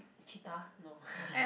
cheetah no